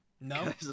No